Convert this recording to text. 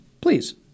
please